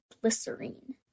glycerine